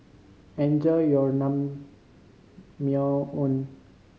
enjoy your Naengmyeon